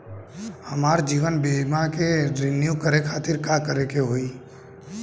हमार जीवन बीमा के रिन्यू करे खातिर का करे के होई?